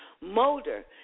Molder